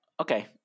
Okay